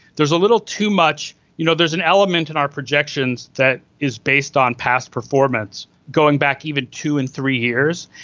there is a little too much you know there's an element in our projections that is based on past performance going back even two and three years.